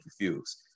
refuse